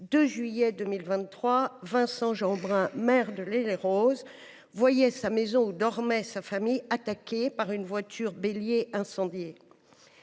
2 juillet 2023, Vincent Jeanbrun, maire de L’Haÿ les Roses, voyait sa maison, où dormait sa famille, attaquée par une voiture bélier incendiaire.